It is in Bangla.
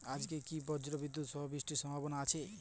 আজকে কি ব্রর্জবিদুৎ সহ বৃষ্টির সম্ভাবনা আছে?